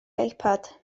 ipad